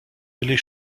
les